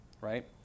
right